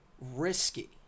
Risky